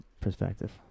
perspective